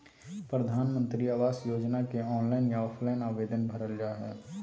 प्रधानमंत्री आवास योजना के ऑनलाइन या ऑफलाइन आवेदन भरल जा हइ